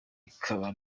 rikaba